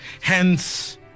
Hence